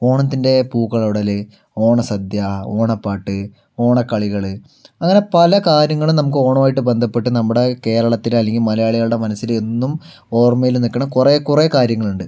ഓണത്തിൻ്റെ പൂക്കളമിടല് ഓണസദ്യ ഓണപ്പാട്ട് ഓണക്കളികള് അങ്ങനെ പല കാര്യങ്ങളും നമുക്ക് ഓണവുമായിട്ട് ബന്ധപ്പെട്ട് നമ്മുടെ കേരളത്തില് അല്ലെങ്കില് മലയാളികളുടെ മനസ്സില് എന്നും ഓര്മ്മയില് നിൽക്കണ കുറേ കുറേ കാര്യങ്ങളുണ്ട്